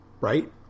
Right